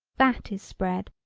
that is spread,